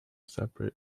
separate